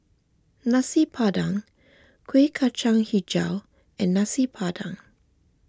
Nasi Padang Kueh Kacang HiJau and Nasi Padang